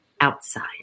outside